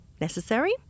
necessary